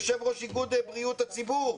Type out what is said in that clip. יושב-ראש איגוד רופאי בריאות הציבור,